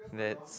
let's